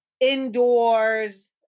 Indoors